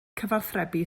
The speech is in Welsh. cyfathrebu